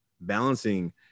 balancing